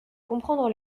comprendre